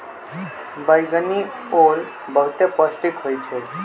बइगनि ओल बहुते पौष्टिक होइ छइ